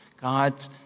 God